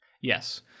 Yes